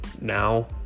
now